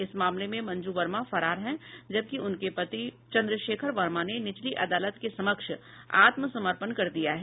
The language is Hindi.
इस मामले में मंजू वर्मा फरार है जबकि उनके पति चंद्रशेखर वर्मा ने निचली अदालत के समक्ष आत्मसमर्पण कर दिया है